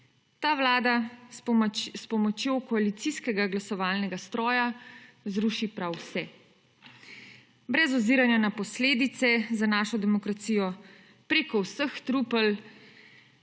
ta vlada s pomočjo koalicijskega glasovalnega stroja zruši prav vse, brez oziranja na posledice za našo demokracijo, preko vseh trupel